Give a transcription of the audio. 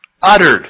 Uttered